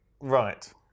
Right